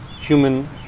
human